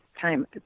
time